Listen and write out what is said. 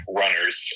runners